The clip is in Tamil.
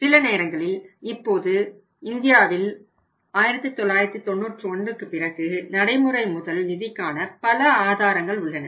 சில நேரங்களில் இப்போது இந்தியாவில் 1991 க்கு பிறகு நடைமுறை முதல் நிதிக்கான பல ஆதாரங்கள் உள்ளன